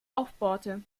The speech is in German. aufbohrte